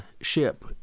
ship